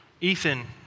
Ethan